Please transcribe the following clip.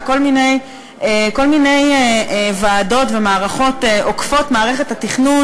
וכל מיני ועדות ומערכות עוקפות-מערכת-התכנון